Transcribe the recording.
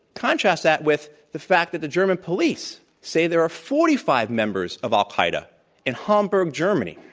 contrast that with the fact that the german police say there are forty five members of al-qaeda in hamburg, germany.